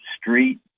street